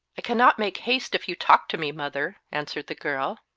i cannot make haste if you talk to me, mother, answered the girl.